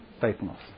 faithfulness